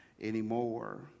anymore